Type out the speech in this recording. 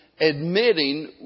admitting